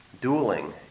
dueling